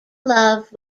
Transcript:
love